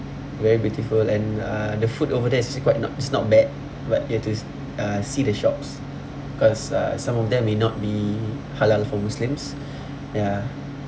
very beautiful and uh the food over there is actually quite not it's not bad but you have to uh see the shops cause uh some of them may not be halal for muslims ya